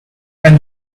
and